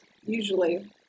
usually